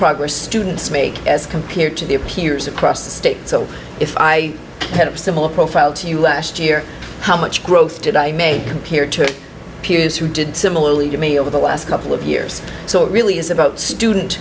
progress students make as compared to their peers across the state so if i had a similar profile to you last year how much growth did i made compared to peers who did similarly to me over the last couple of years so it really is about student